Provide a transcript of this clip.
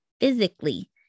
physically